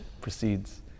proceeds